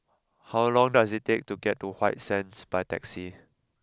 how long does it take to get to White Sands by taxi